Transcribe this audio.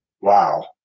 Wow